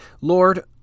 Lord